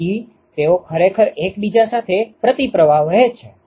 તેથી તેઓ ખરેખર એકબીજા સાથે પ્રતિપ્રવાહ વહે છે